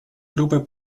группой